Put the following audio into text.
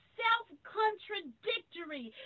self-contradictory